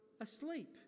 asleep